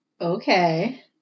Okay